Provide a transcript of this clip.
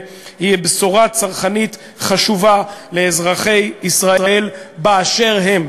בשורה צרכנית חשובה לאזרחי ישראל באשר הם,